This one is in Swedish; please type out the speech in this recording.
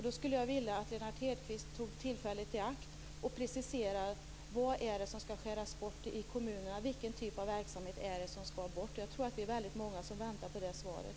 Jag skulle vilja att Lennart Hedquist tog tillfället i akt och preciserade vad det är som skall skäras bort i kommunerna. Vilken typ av verksamhet är det som skall bort? Jag tror att vi är väldigt många som väntar på det svaret.